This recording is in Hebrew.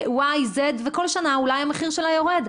אולי כל שנה המחיר שלה יורד.